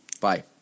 Bye